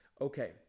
Okay